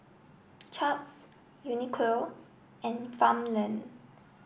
chaps Uniqlo and farmland